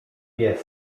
pies